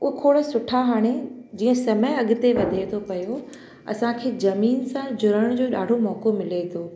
उहा खोड़ सुठा हाणे जीअं समय अॻिते वधे तो पियो असांखे ज़मीन सां जुड़ण जो ॾाढो मौको मिले तो